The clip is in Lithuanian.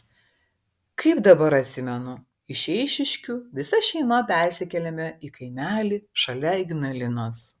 kaip dabar atsimenu iš eišiškių visa šeima persikėlėme į kaimelį šalia ignalinos